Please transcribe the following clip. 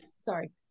sorry